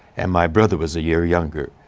and my brother was a year younger.